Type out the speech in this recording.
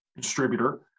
distributor